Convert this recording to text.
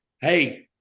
hey